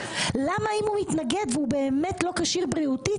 למה אם הוא התנגד והוא באמת לא כשיר בריאותית,